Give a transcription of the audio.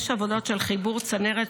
יש עבודות של חיבור צנרת,